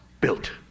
built